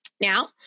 Now